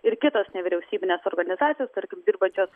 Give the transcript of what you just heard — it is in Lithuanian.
ir kitos nevyriausybinės organizacijos tarkim dirbančios